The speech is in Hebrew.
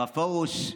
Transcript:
הרב פרוש,